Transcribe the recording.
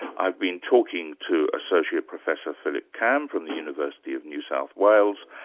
i've been talking to associate professor philip cam from the university of new south wales,